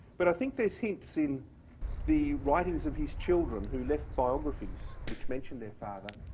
but i think there's hints in the writings of these children, who left biographies which mentioned their father,